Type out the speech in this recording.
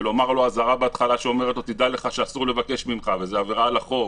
לומר לו אזהרה שאומרת שאסור לבקש וזאת עברה על החוק